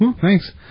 thanks